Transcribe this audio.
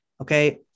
Okay